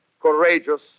courageous